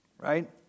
Right